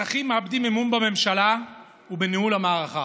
האזרחים מאבדים אמון בממשלה ובניהול המערכה.